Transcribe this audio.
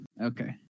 okay